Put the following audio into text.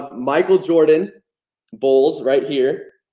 michael jordan bowls right here.